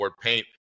paint